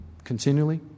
Continually